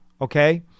Okay